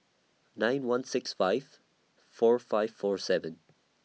nine one six five four five four seven